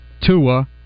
Tua